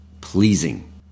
pleasing